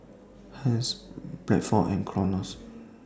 Hermes Bradford and Clorox